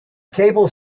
cable